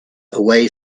away